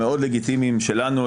המאוד לגיטימיים שלנו,